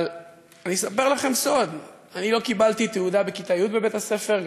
אבל אני אספר לכם סוד: אני לא קיבלתי תעודה בכיתה י' בבית-הספר,